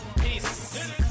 peace